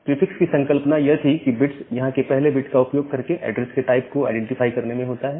prefix की संकल्पना यह थी कि बिट्स यहां के पहले बिट का उपयोग एड्रेस के टाइप को आईडेंटिफाई करने में होता है